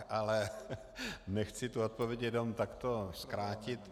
Ale nechci tu odpověď jenom takto zkrátit.